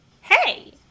Hey